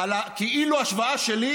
אל תעיר הערות,